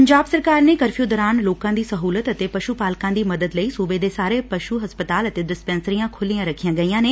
ਪੰਜਾਬ ਸਰਕਾਰ ਨੇ ਕਰਫਿਉ ਦੌਰਾਨ ਲੋਕਾਂ ਦੀ ਸਹੁਲਤ ਅਤੇ ਪਸ਼ੁ ਪਾਲਕਾਂ ਦੀ ਮਦਦ ਲਈ ਸੁਬੇ ਦੇ ਸਾਰੇ ਪਸ਼ੁ ਹਸਪਤਾਲ ਅਤੇ ਡਿਸਪੈਂਸਰੀਆਂ ਖੁਲ੍ਹੀਆਂ ਰੱਖੀਆਂ ਗਈਆਂ ਨੇ